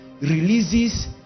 releases